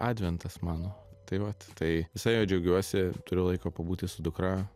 adventas mano tai vat tai visai juo džiaugiuosi turiu laiko pabūti su dukra